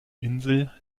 insel